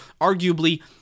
arguably